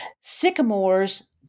Sycamore's